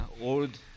old